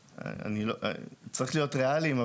צריך להיות ראליים,